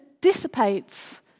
dissipates